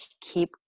keep